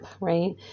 Right